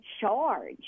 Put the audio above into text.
charge